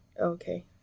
Okay